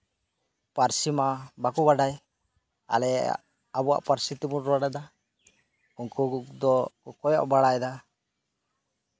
ᱯᱟᱹᱨᱥᱤ ᱢᱟ ᱵᱟᱠᱚ ᱵᱟᱰᱟᱭ ᱟᱞᱮ ᱟᱵᱚᱣᱟᱜ ᱯᱟᱹᱨᱥᱤ ᱛᱮᱵᱚᱱ ᱨᱚᱲᱮᱫᱟ ᱩᱱᱠᱩ ᱫᱚᱠᱚ ᱠᱚᱭᱚᱜ ᱵᱟᱲᱟᱭ ᱫᱟ